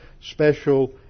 special